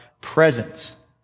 presence